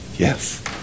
Yes